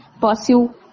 pursue